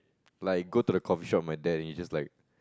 like go the coffee shop and my dad then he just like